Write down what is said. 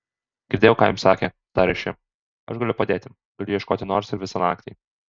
girdėjau ką jums sakė tarė ši aš galiu padėti galiu ieškoti nors ir visą naktį